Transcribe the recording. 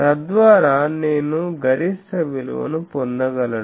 తద్వారా నేను గరిష్ట విలువను పొందగలను